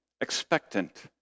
expectant